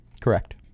Correct